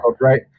right